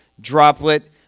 droplet